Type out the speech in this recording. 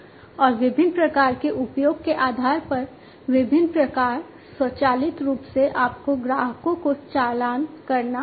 और विभिन्न प्रकार के उपयोग के आधार पर विभिन्न प्रकार स्वचालित रूप से आपको ग्राहकों को चालान करना होगा